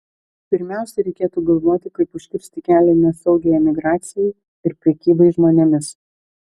pirmiausia reikėtų galvoti kaip užkirsti kelią nesaugiai emigracijai ir prekybai žmonėmis